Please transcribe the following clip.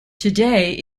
today